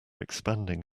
expanding